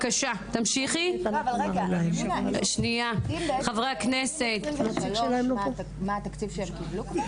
ל-2023, יודעים מה התקציב שהם קיבלו?